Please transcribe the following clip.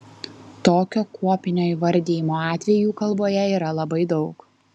tokio kuopinio įvardijimo atvejų kalboje yra labai daug